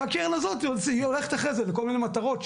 והקרן הזאת הולכת אחרי זה לכל מיני מטרות,